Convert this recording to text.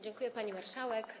Dziękuję, pani marszałek.